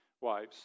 wives